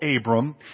Abram